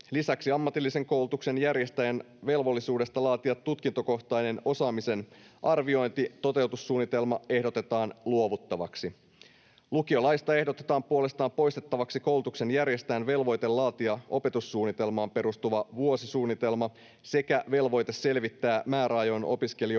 Lisäksi ammatillisen koulutuksen järjestäjän velvollisuudesta laatia tutkintokohtainen osaamisen arvioinnin toteuttamissuunnitelma ehdotetaan luovuttavaksi. Lukiolaista ehdotetaan puolestaan poistettavaksi koulutuksen järjestäjän velvoite laatia opetussuunnitelmaan perustuva vuosisuunnitelma sekä velvoite selvittää määräajoin opiskelijoiden